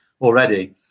already